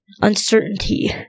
uncertainty